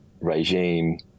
regime